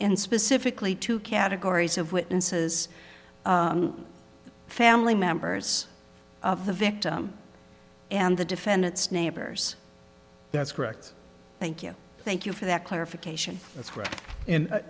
and specifically two categories of witnesses family members of the victim and the defendant's neighbors that's correct thank you thank you for that clarification